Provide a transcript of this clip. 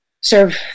serve